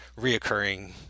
reoccurring